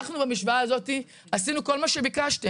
אנחנו במשוואה הזאת עשינו כל מה שביקשתם.